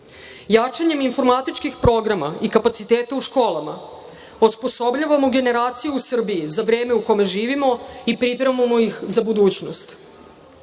informatičkih programa i kapaciteta u školama osposobljavamo generacije u Srbiji za vreme u kojem živimo i pripremamo ih za budućnost.